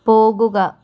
പോകുക